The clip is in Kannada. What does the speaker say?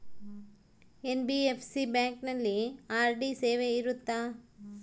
ಎನ್.ಬಿ.ಎಫ್.ಸಿ ಬ್ಯಾಂಕಿನಲ್ಲಿ ಆರ್.ಡಿ ಸೇವೆ ಇರುತ್ತಾ?